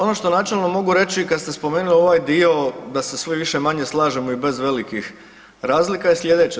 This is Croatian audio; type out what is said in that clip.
Ono što načelno mogu reći kad ste spomenuli ovaj dio da se svi više-manje slažemo i bez velikih razlika je sljedeća.